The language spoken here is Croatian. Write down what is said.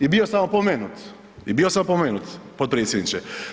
I bio sam opomenut i bio sam opomenut potpredsjedniče.